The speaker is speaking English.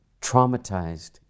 traumatized